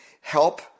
help